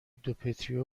دیوپتر